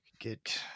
Get